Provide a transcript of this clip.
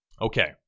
Okay